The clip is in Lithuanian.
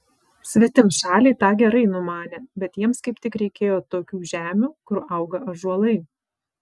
svetimšaliai tą gerai numanė bet jiems kaip tik reikėjo tokių žemių kur auga ąžuolai